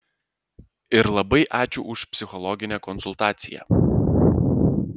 ir labai ačiū už psichologinę konsultaciją